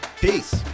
Peace